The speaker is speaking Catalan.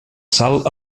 salt